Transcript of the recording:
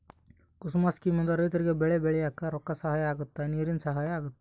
ಕುಸುಮ scheme ಇಂದ ರೈತರಿಗೆ ಬೆಳೆ ಬೆಳಿಯಾಕ ರೊಕ್ಕ ಸಹಾಯ ಅಗುತ್ತ ನೀರಿನ ಸಹಾಯ ಅಗುತ್ತ